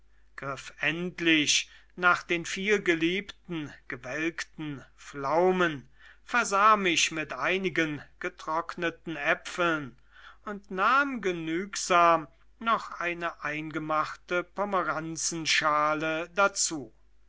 endlich nach den vielgeliebten gewelkten pflaumen versah mich mit einigen getrockneten äpfeln und nahm genügsam noch eine eingemachte pomeranzenschale dazu